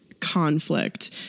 conflict